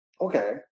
Okay